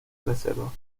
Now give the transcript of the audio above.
reserva